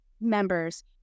members